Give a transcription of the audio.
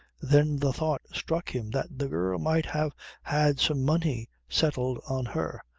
then the thought struck him that the girl might have had some money settled on her,